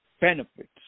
benefits